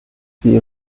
sie